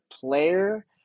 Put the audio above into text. player